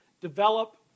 develop